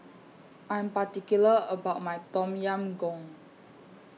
I'm particular about My Tom Yam Goong